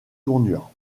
tournure